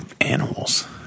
animals